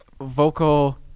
vocal